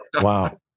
Wow